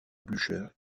blücher